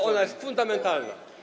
bo ona jest fundamentalna.